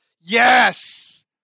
Yes